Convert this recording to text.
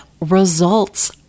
results